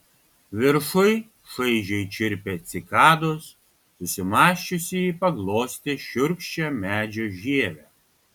viršuj šaižiai čirpė cikados susimąsčiusi ji paglostė šiurkščią medžio žievę